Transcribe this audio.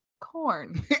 corn